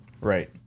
Right